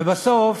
ובסוף,